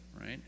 right